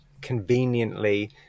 conveniently